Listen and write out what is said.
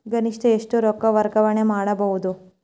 ಗರಿಷ್ಠ ಎಷ್ಟು ರೊಕ್ಕ ವರ್ಗಾವಣೆ ಮಾಡಬಹುದು?